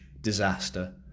disaster